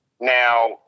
Now